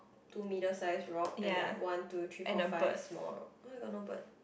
two middle size rock and like one two three four five small rock oh I got no bird